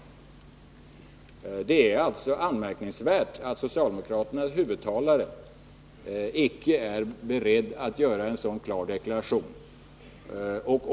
Det är anmärkningsvärt att socialdemokraternas huvudtalare icke är beredd att göra en klar deklaration av det slaget.